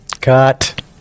Cut